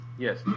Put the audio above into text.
Yes